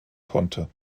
konnte